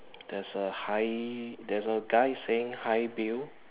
there's a hi there's a guy saying hi bill